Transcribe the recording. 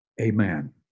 Amen